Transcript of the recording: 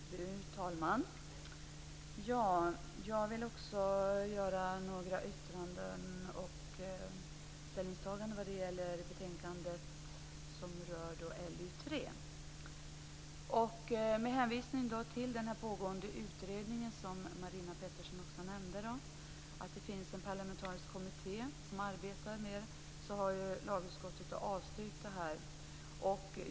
Fru talman! Jag vill också göra några yttranden och ställningstaganden när det gäller lagutskottets betänkande 3. Med hänvisning till den pågående utredning som Marina Pettersson också nämnde, att det finns en parlamentarisk kommitté som arbetar med detta, har lagutskottet avstyrkt motionerna.